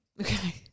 Okay